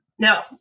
Now